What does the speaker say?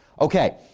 Okay